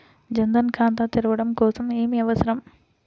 జన్ ధన్ ఖాతా తెరవడం కోసం ఏమి అవసరం?